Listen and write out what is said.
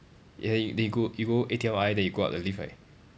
yeah then you go you go A_T_M_R_I then you go up the lift right